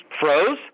froze